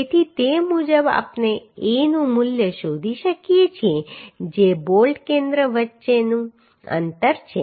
તેથી તે મુજબ આપણે a નું મૂલ્ય શોધી શકીએ છીએ જે બોલ્ટ કેન્દ્ર વચ્ચેનું અંતર છે